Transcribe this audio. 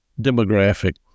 demographic